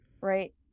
Right